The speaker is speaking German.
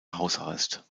hausarrest